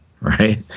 Right